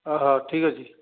ଠିକ୍ ଅଛି